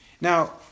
Now